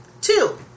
Two